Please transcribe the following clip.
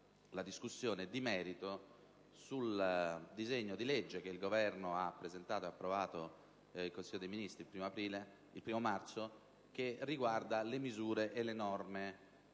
la discussione di merito sul disegno di legge che il Governo ha presentato e approvato in Consiglio dei ministri il 1° marzo recante misure e norme